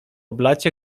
blacie